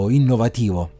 innovativo